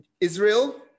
Israel